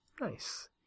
Nice